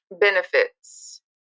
benefits